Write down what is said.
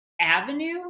avenue